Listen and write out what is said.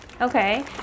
okay